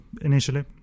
initially